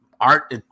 art